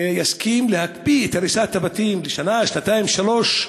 יסכים להקפיא את הריסת הבתים לשנה, שנתיים, שלוש,